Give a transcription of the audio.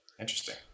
Interesting